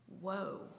whoa